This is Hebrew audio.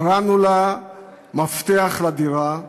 קראנו לה "מפתח לדירה",